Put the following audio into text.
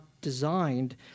designed